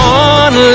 one